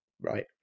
right